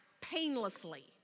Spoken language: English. painlessly